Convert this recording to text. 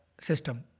system